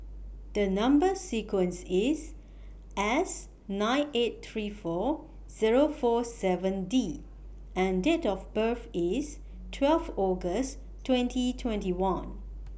The Number sequence IS S nine eight three two Zero four seven D and Date of birth IS twelve August twenty twenty one